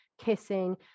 kissing